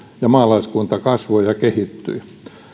ja maalaiskunta kasvoi ja kehittyi